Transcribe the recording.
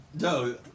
no